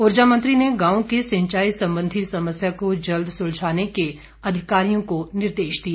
ऊर्जा मंत्री ने गांव की सिंचाई संबंधी समस्या को जल्द सुलझाने के अधिकारियों को निर्देश दिए